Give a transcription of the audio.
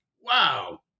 Wow